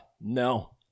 no